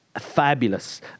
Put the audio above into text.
fabulous